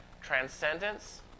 transcendence